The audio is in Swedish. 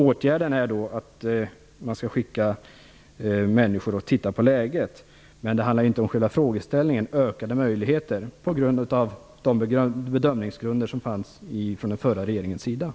Åtgärden är den att man skall skicka människor för att titta på läget. Men det är inte svar på själva frågan om ökade möjligheter på de bedömningsgrunder som den förra regeringen hade.